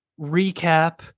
recap